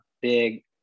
big